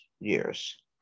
years